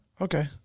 okay